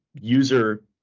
user